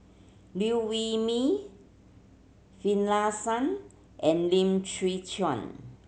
Liew Wee Mee Finlayson and Lim Chwee Chian